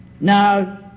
now